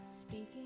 speaking